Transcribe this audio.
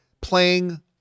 playing